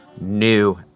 new